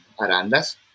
Arandas